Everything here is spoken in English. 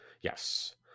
Yes